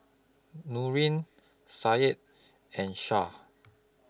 Nurin Said and Syah